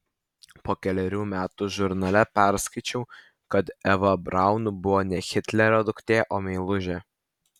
po kelerių metų žurnale perskaičiau kad eva braun buvo ne hitlerio duktė o meilužė